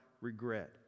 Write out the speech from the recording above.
regret